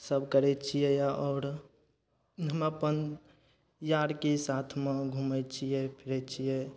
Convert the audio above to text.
सब करय छियै यऽ आओर हम अपन यारके साथमे हम घुमय छियै फिरय छियै